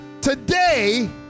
Today